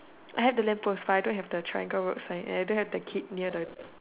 I have the lamp post but I don't have the triangle road sign and I don't have the kid near the